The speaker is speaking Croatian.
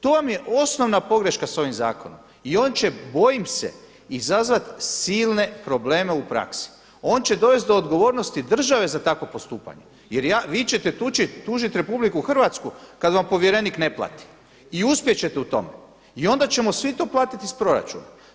To vam je osnovna pogreška s ovim zakonom i on će bojim se izazvati silne probleme u praksi, on će dovesti do odgovornosti države za takvo postupanje jer vi ćete tužiti RH kada vam povjerenik ne plati i uspjet ćete u tome i onda ćemo svi to platiti iz proračuna.